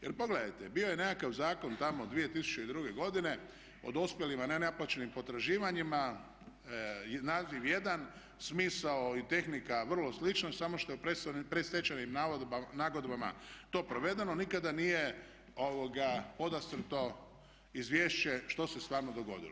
Jer pogledajte bio je nekakav zakon tamo 2002.godine o dospjelim nenaplaćenim potraživanjima naziv jedan, smisao i tehnika vrlo slično samo što je u predstečajnim nagodbama to provedeno nikada nije podastrto izvješće što se stvarno dogodilo.